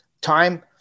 Time